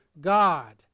God